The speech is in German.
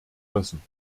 müssen